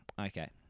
okay